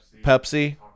Pepsi